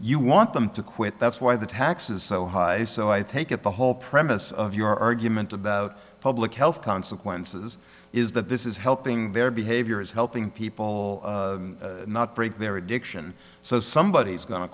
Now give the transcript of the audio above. you want them to quit that's why the tax is so high so i take it the whole premise of your argument about public health consequences is that this is helping their behavior is helping people not break their addiction so somebody is go